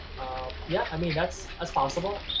yeah, i mean that's that's possible,